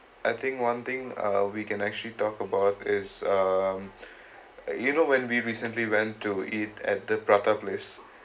I think one thing uh we can actually talk about is um uh you know when we recently went to eat at the prata place